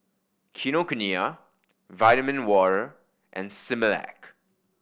Kinokuniya Vitamin Water and Similac